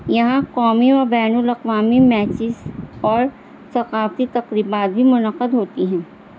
یہاں قومی اور بین الاقوامی میچز اور ثقافتی تقریبات بھی منعقد ہوتی ہیں